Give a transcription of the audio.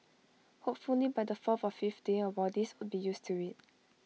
hopefully by the fourth or fifth day our bodies would be used to IT